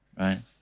right